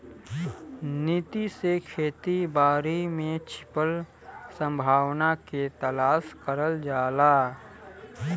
नीति से खेती बारी में छिपल संभावना के तलाश करल जाला